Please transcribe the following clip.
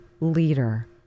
leader